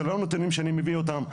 זה לא נתונים שאני מביא אותם.